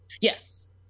Yes